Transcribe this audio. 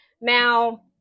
Now